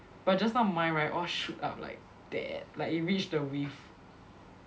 but just now mine right all shoot up like that like it reached the width